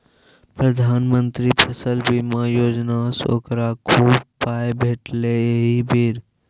प्रधानमंत्री फसल बीमा योजनासँ ओकरा खूब पाय भेटलै एहि बेर